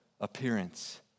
appearance